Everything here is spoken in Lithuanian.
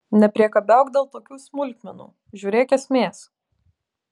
nepriekabiauk dėl tokių smulkmenų žiūrėk esmės